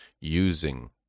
using